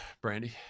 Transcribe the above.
Brandy